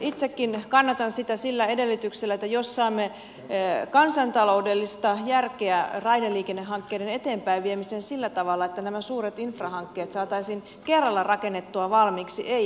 itsekin kannatan sitä sillä edellytyksellä että saamme kansantaloudellista järkeä raideliikennehankkeiden eteenpäinviemiseen sillä tavalla että nämä suuret infrahankkeet saataisiin kerralla rakennettua valmiiksi ei pätkissä